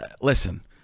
listen